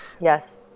yes